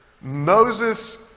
Moses